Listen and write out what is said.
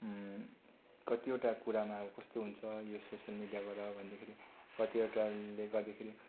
कतिवटा कुरामा अब कस्तो हुन्छ यो सोसियल मिडियाबाट भन्दाखेरि कतिवटाले गर्दाखेरि